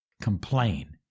Complain